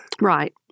Right